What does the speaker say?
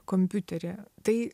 kompiuteryje tai